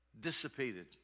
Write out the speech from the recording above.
dissipated